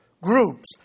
groups